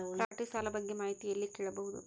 Property ಸಾಲ ಬಗ್ಗೆ ಮಾಹಿತಿ ಎಲ್ಲ ಕೇಳಬಹುದು?